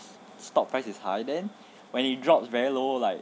stock price is high then when it drops very low like